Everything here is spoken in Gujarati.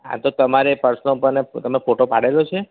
હા તો તમારા એ પર્સનો તમે ફોટો પડેલો છે